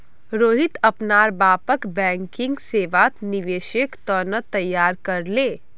रोहित अपनार बापक बैंकिंग सेवात निवेशेर त न तैयार कर ले